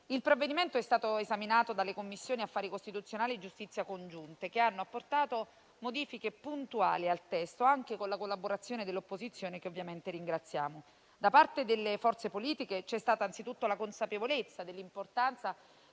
Il provvedimento è stato esaminato dalle Commissioni affari costituzionali e giustizia riunite, che hanno apportato modifiche puntuali al testo, anche con la collaborazione dell'opposizione, che ovviamente ringraziamo. Da parte delle forze politiche c'è stata, anzitutto, la consapevolezza dell'importanza